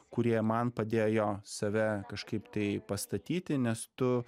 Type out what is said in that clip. kurie man padėjo save kažkaip tai pastatyti nes tu